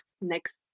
next